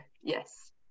yes